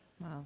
Wow